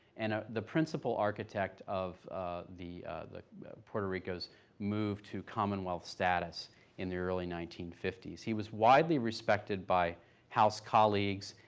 and ah the principle architect of the the puerto rico's move to commonwealth status in the early nineteen fifty s. he was widely respected by house colleagues,